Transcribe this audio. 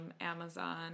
Amazon